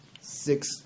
Six